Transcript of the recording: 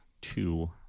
two